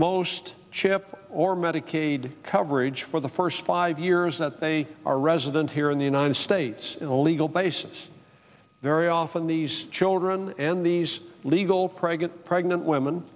most chip or medicaid coverage for the first five years that they are resident here in the united states illegal basis very often these children and these legal pregnant